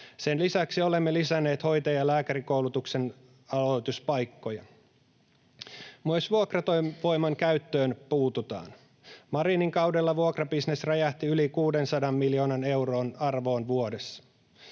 Sen lisäksi olemme lisänneet hoitaja- ja lääkärikoulutuksen aloituspaikkoja. Myös vuokratyövoiman käyttöön puututaan. Marinin kaudella vuokrabisnes räjähti yli 600 miljoonan euron arvoon vuodessa.